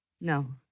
No